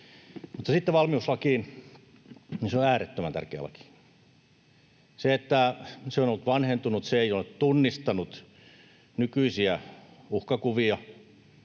Sitten valmiuslakiin: Se on äärettömän tärkeä laki. Se on ollut vanhentunut, se ei ole tunnistanut nykyisiä uhkakuvia.